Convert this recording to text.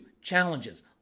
challenges